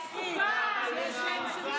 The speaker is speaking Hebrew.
יש להם חוקה.